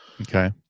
Okay